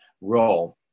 role